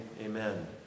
Amen